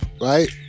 right